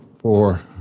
four